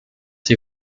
die